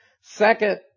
Second